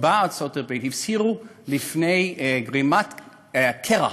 בארצות-הברית הזהירו מפני גרימת קרע,